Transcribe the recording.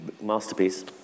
masterpiece